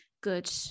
good